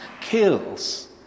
kills